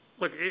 Look